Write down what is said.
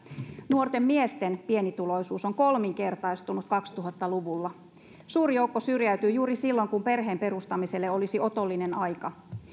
nuorten miesten pienituloisuus on kolminkertaistunut kaksituhatta luvulla suuri joukko syrjäytyy juuri silloin kun perheen perustamiselle olisi otollinen aika